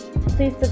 please